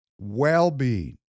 well-being